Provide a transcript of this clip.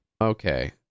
Okay